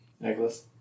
Necklace